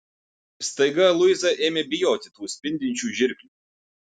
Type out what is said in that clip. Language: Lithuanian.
staiga luiza ėmė bijoti tų spindinčių žirklių